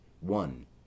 One